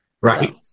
right